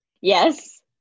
Yes